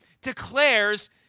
declares